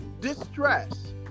distress